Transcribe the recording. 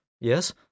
Yes